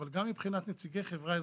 אבל גם מבחינת נציגי חברה אזרחית,